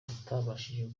utabashije